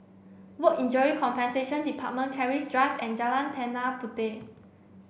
Work Injury Compensation Department Keris Drive and Jalan Tanah Puteh